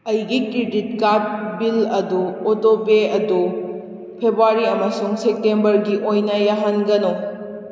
ꯑꯩꯒꯤ credit card bill ꯑꯗꯨ ꯑꯣꯇꯣꯄꯦ ꯑꯗꯨ ꯐꯦꯕꯋꯥꯔꯤ ꯑꯃꯁꯨꯡ ꯁꯦꯞꯇꯦꯝꯕꯔꯒꯤ ꯑꯣꯏꯅ ꯌꯥꯍꯟꯒꯅꯨ